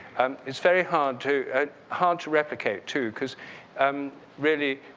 it's very hard to hard to replicate too because um really,